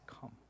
come